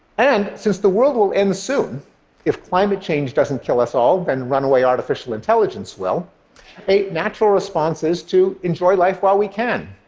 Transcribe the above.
and since the world will end soon if climate change doesn't kill us all, then runaway artificial intelligence will a natural response is to enjoy life while we can,